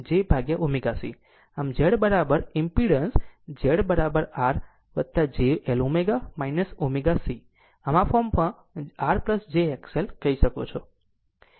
આમ Z impedance ZR j L ω ω C આ ફોર્મમાં R jX કહી શકે છે